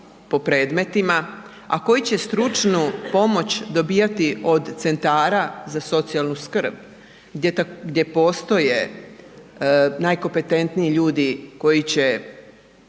po predmetima, a koji će stručnu pomoć dobivati od centara za socijalnu skrb, gdje postoje najkompetentniji ljudi koji će